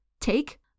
take